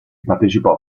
partecipò